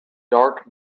dark